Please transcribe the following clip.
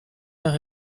par